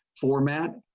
format